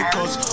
Cause